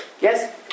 Yes